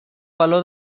valor